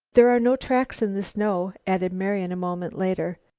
there are no tracks in the snow, added marian, a moment later.